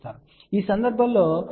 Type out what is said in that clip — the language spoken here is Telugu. కాబట్టి ఈ సందర్భంలో మీరు S21 S31 3